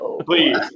Please